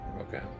Okay